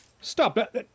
stop